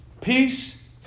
Peace